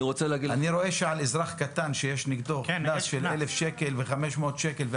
אני רואה שעל אזרח קטן שיש נגדו קנס של 500 שקל או